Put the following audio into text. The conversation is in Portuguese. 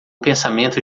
pensamento